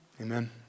Amen